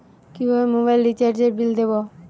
কিভাবে মোবাইল রিচার্যএর বিল দেবো?